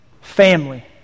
Family